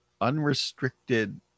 unrestricted